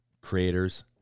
creators